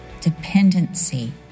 dependency